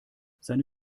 seine